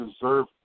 deserve